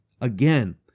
Again